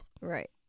Right